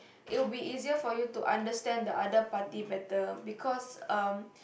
it will be easier for you to understand the other party better because um